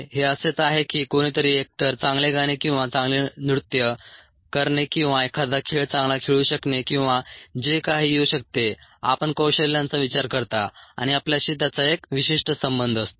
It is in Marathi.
हे असेच आहे की कोणीतरी एकतर चांगले गाणे किंवा चांगले नृत्य करणे किंवा एखादा खेळ चांगला खेळू शकणे किंवा जे काही येऊ शकते आपण कौशल्यांचा विचार करता आणि आपल्याशी त्याचा एक विशिष्ट संबंध असतो